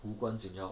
无关紧要